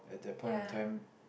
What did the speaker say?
ya